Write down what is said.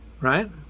Right